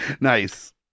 Nice